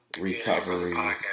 recovery